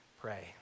pray